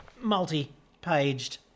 multi-paged